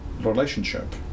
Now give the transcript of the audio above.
relationship